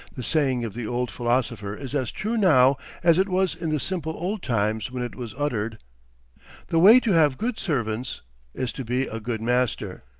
the saying of the old philosopher is as true now as it was in the simple old times when it was uttered the way to have good servants is to be a good master.